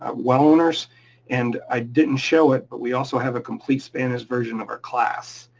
ah well owners and i didn't show it, but we also have a complete spanish version of our class,